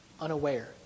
unaware